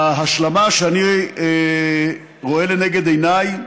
וההשלמה שאני רואה לנגד עיניי